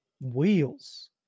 wheels